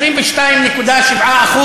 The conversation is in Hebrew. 22.7%,